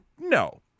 No